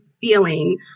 feeling